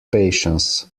patients